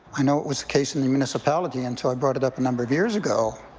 i know it was a case in the municipality and so i brought it up a number of years ago,